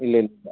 ഇല്ലില്ല